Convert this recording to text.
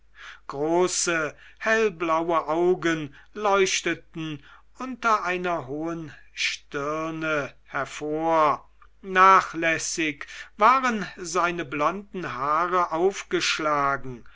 große hellblaue augen leuchteten unter einer hohen stirne hervor nachlässig waren seine blonden haare aufgeschlagen